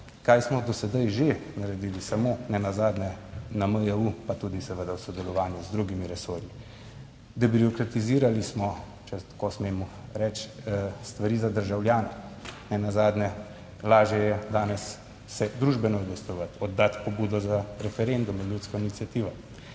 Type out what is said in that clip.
kaj smo do sedaj že naredili, samo nenazadnje na MJU, pa tudi seveda v sodelovanju z drugimi resorji. Debirokratizirali smo, če tako smem reči, stvari za državljane. Nenazadnje, lažje je danes se družbeno udejstvovati, oddati pobudo za referendum in ljudsko iniciativo.